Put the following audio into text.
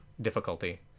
difficulty